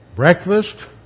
Breakfast